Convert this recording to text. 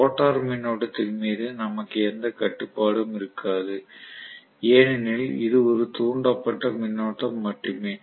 rotor மின்னோட்டத்தின் மீது நமக்கு எந்த கட்டுப்பாடும் இருக்காது ஏனெனில் இது ஒரு தூண்டப்பட்ட மின்னோட்டம் மட்டுமே